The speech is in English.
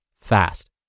fast